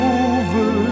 over